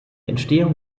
entstehung